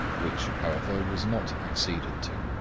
which, however, was not acceded to.